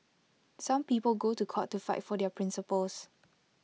some people go to court to fight for their principles